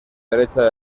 derecha